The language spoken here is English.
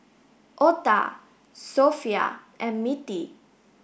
Otha Sophia and Mittie